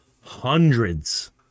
hundreds